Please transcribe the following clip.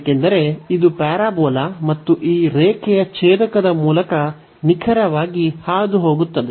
ಏಕೆಂದರೆ ಇದು ಈ ಪ್ಯಾರಾಬೋಲಾ ಮತ್ತು ಈ ರೇಖೆಯ ಛೇದಕದ ಮೂಲಕ ನಿಖರವಾಗಿ ಹಾದುಹೋಗುತ್ತದೆ